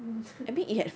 mm